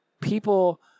People